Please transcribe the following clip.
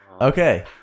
Okay